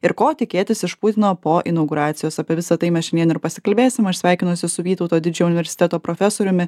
ir ko tikėtis iš putino po inauguracijos apie visa tai mes šiandien ir pasikalbėsim aš sveikinuosi su vytauto didžiojo universiteto profesoriumi